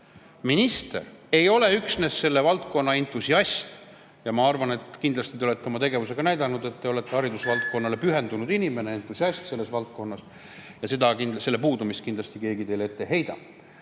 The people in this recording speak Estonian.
Minister ei ole üksnes selle valdkonna entusiast. Ma arvan, et te olete oma tegevusega näidanud, et te olete haridusvaldkonnale pühendunud inimene, entusiast selles valdkonnas. Selle puudumist kindlasti keegi teile ette ei heida.